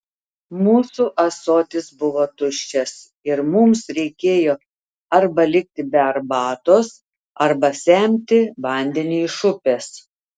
mūsų ąsotis buvo tuščias ir mums reikėjo arba likti be arbatos arba semti vandenį iš upės